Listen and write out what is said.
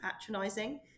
patronising